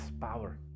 power